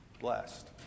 blessed